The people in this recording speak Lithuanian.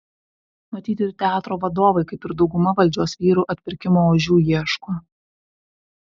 matyt ir teatro vadovai kaip ir dauguma valdžios vyrų atpirkimo ožių ieško